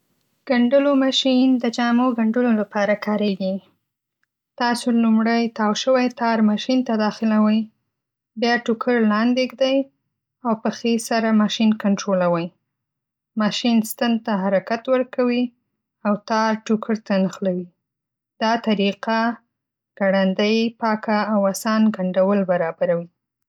ګنډلو ماشین د جامو ګنډلو لپاره کارېږي. تاسو لومړی تاو شوی تار ماشین ته داخلوئ. بیا ټوکر لاندې ایږدئ، او پښې سره ماشین کنټرولوئ. ماشین ستن ته حرکت ورکوي او تار ټوکر ته نښلوي. دا طریقه ګړندۍ، پاکه، او اسان ګنډل برابروي.